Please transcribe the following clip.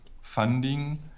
funding